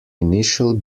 initial